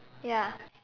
ya